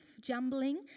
jumbling